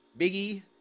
Biggie